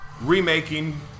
remaking